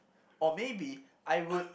or maybe I would